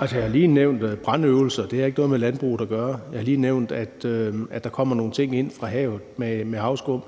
jeg har lige nævnt brandøvelser – det har ikke noget med landbruget at gøre. Jeg har lige nævnt, at der kommer nogle ting ind fra havet med havskummet,